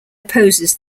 opposes